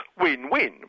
win-win